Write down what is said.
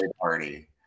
party